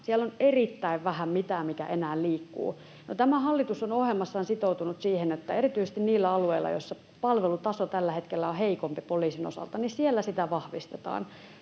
Siellä on erittäin vähän mitään, mikä enää liikkuu. No, tämä hallitus on ohjelmassaan sitoutunut siihen, että erityisesti niillä alueilla, joilla palvelutaso tällä hetkellä on heikompi poliisin osalta, sitä vahvistetaan.